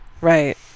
Right